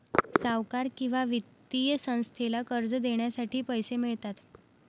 सावकार किंवा वित्तीय संस्थेला कर्ज देण्यासाठी पैसे मिळतात